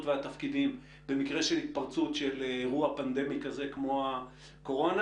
והתפקידים במקרה התפרצות של אירוע פנדמי כזה כמו הקורונה,